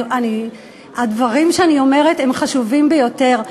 הדברים שאני אומרת הם חשובים ביותר.